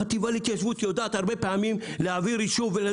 החטיבה להתיישבות יודעת הרבה פעמים להעביר יישוב,